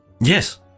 Yes